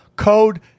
Code